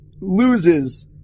loses